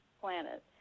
planet